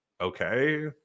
okay